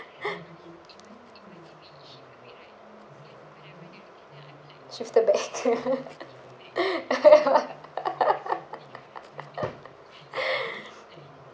shifted back